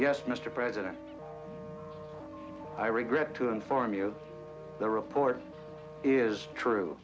yes mr president i regret to inform you the report is true